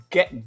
Get